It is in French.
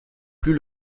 plus